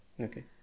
okay